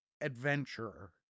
adventurer